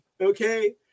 okay